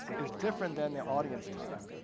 is different than the audience time,